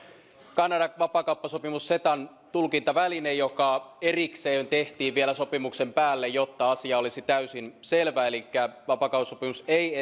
kanadan vapaakauppasopimus cetan tulkintaväline joka erikseen tehtiin vielä sopimuksen päälle jotta asia olisi täysin selvä elikkä vapaakauppasopimus ei